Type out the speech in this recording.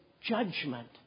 judgment